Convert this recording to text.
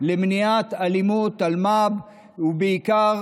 למניעת אלימות, בעיקר